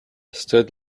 stood